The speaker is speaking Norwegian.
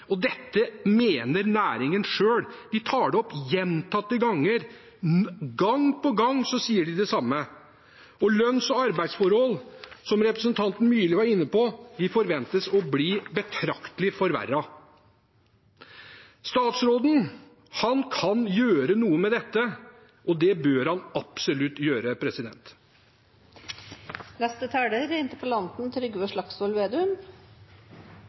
drosjenæringen. Dette mener næringen selv, de tar det opp gjentatte ganger. Gang på gang sier de det samme. Og lønns- og arbeidsforholdene, som representanten Myrli var inne på, forventes å bli betraktelig forverret. Statsråden kan gjøre noe med dette, og det bør han absolutt gjøre. Det er